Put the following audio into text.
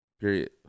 Period